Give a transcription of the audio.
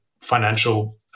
financial